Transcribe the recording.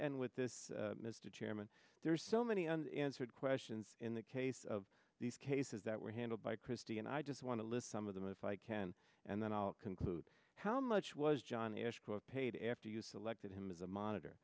end with this mr chairman there are so many and answered questions in the case of these cases that were handled by christie and i just want to list some of them if i can and then i'll conclude how much was john ashcroft paid after you selected him as a monitor